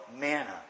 manna